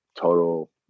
total